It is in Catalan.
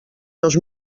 dos